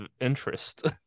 interest